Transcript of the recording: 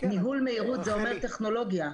ניהול מהירות זה אומר טכנולוגיה,